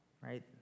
right